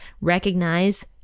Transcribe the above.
recognize